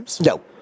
No